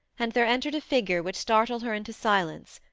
and there entered a figure which startled her into silence.